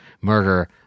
Murder